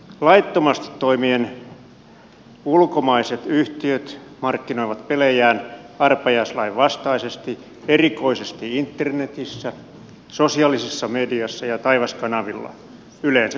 laittomasti toimien ulkomaiset yhtiöt markkinoivat pelejään arpajaislain vastaisesti erikoisesti internetissä sosiaalisessa mediassa ja taivaskanavilla yleensä suomen kielellä